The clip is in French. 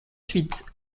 suites